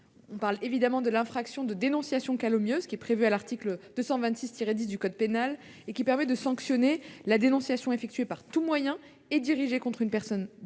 part, de l'infraction de dénonciation calomnieuse, visée à l'article 226-10 du code pénal, qui permet de sanctionner « la dénonciation, effectuée par tout moyen et dirigée contre une personne déterminée,